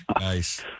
nice